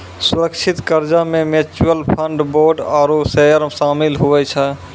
सुरक्षित कर्जा मे म्यूच्यूअल फंड, बोंड आरू सेयर सामिल हुवै छै